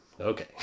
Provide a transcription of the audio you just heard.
Okay